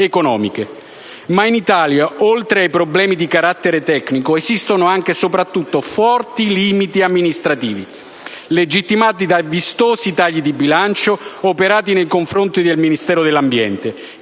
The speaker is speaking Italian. Ma in Italia, oltre ai problemi di carattere tecnico, esistono anche e soprattutto forti limiti amministrativi, legittimati da vistosi tagli di bilancio operati nei confronti del Ministero dell'ambiente,